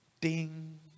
Ding